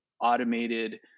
automated